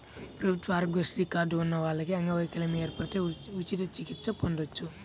ప్రభుత్వ ఆరోగ్యశ్రీ కార్డు ఉన్న వాళ్లకి అంగవైకల్యం ఏర్పడితే ఉచిత చికిత్స పొందొచ్చు